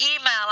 email